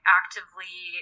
actively